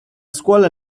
scuola